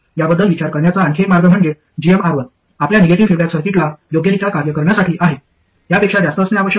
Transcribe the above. याबद्दल विचार करण्याचा आणखी एक मार्ग म्हणजे gmR1 आपल्या निगेटिव्ह फीडबॅक सर्किटला योग्यरित्या कार्य करण्यासाठी आहे त्यापेक्षा जास्त असणे आवश्यक आहे